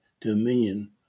dominion